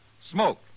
Smoke